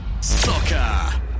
Soccer